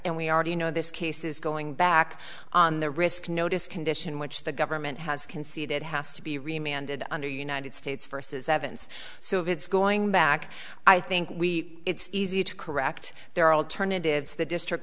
and we already know this case is going back on the risk notice condition which the government has conceded has to be reminded under united states versus evans so it's going back i think we it's easy to correct there are alternatives the district